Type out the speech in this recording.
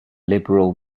liberal